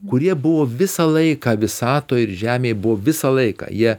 kurie buvo visą laiką visatoj ir žemėj buvo visą laiką jie